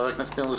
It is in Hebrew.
ח"כ פינדרוס,